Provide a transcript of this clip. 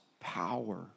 power